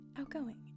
outgoing